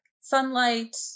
sunlight